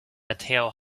mateo